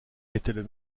étaient